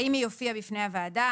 האם היא הופיעה בפני הוועדה,